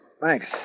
Thanks